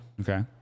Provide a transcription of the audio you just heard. okay